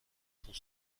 sont